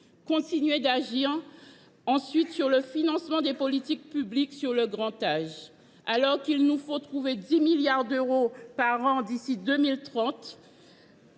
continuer d’agir sur le financement des politiques publiques sur le grand âge. Il nous faut en effet trouver 10 milliards d’euros par an d’ici à 2030,